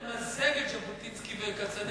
מישהו צריך למזג את ז'בוטינסקי ואת כצנלסון.